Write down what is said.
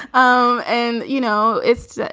um and, you know, it's